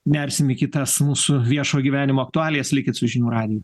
nersim į kitas mūsų viešo gyvenimo aktualijas likit su žinių radiju